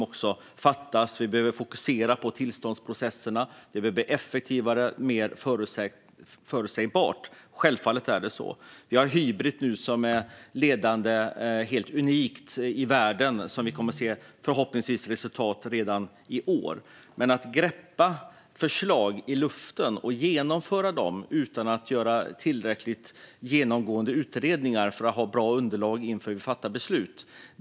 Vi behöver fokusera på tillståndsprocesserna. Det behöver bli effektivare och mer förutsägbart - självfallet är det så. Vi har nu Hybrit, som är ledande och helt unikt i världen och som vi förhoppningsvis kommer att se resultat av redan i år. Men vi kan inte greppa förslag i luften och genomföra dem utan att göra tillräckligt ingående utredningar för att ha bra underlag inför beslutsfattande.